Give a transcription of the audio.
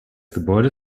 gebäude